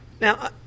Now